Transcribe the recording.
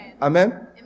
Amen